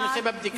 שהנושא בבדיקה.